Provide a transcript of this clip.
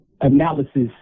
analysis